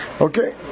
okay